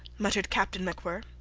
muttered captain macwhirr.